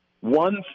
one